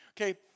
Okay